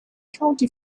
county